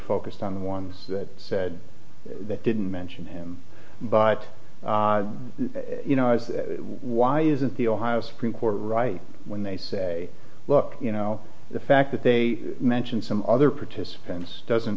focused on the ones that said that didn't mention him but you know why isn't the ohio supreme court right when they say look you know the fact that they mention some other participants doesn't